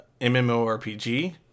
MMORPG